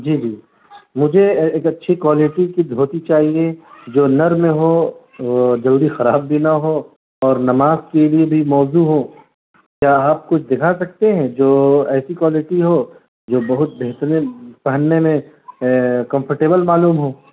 جی جی مجھے ایک اچھی کوالٹی کی دھوتی چاہیے جو نرم ہو وہ جلدی خراب بھی نہ ہو اور نماز کے لیے بھی موزوں ہوں کیا آپ کچھ دکھا سکتے ہیں جو ایسی کوالٹی ہو جو بہت بہترین پہننے میں کمفرٹیبل معلوم ہو